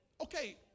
Okay